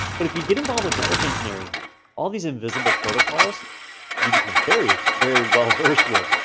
but if you get involved with network engineering all these invisible protocols you become very, very well versed with.